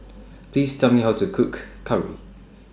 Please Tell Me How to Cook Curry